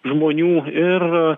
žmonių ir